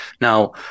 Now